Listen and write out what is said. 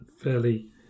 fairly